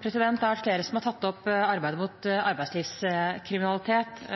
har tatt opp arbeidet mot arbeidslivskriminalitet.